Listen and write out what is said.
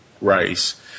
Rice